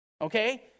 Okay